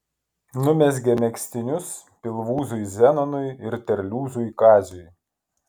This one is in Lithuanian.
numezgė megztinius pilvūzui zenonui ir terliūzui kaziui